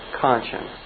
conscience